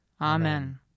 Amen